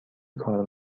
کار